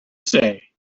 say